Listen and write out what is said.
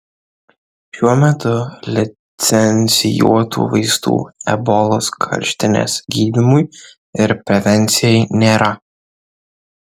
šiuo metu licencijuotų vaistų ebolos karštinės gydymui ir prevencijai nėra